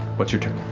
what's your turn?